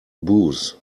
booze